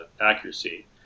accuracy